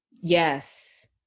Yes